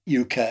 UK